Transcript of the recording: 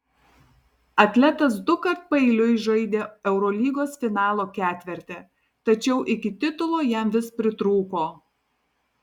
atletas dukart paeiliui žaidė eurolygos finalo ketverte tačiau iki titulo jam vis pritrūko